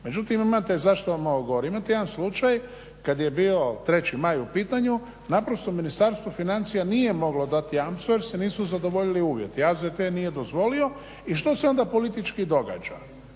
Međutim imate, zašto vam ovo govorim. Imate jedan slučaj kad je bio 3. Maj u pitanju, naprosto Ministarstvo financija nije moglo dati jamstvo jer se nisu zadovoljili uvjeti. AZTN nije dozvolio i što se onda politički događa?